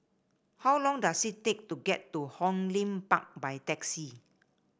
how long does it take to get to Hong Lim Park by taxi